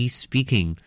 speaking